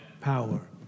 power